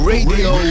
Radio